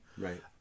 Right